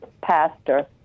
pastor